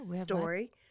story